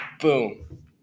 boom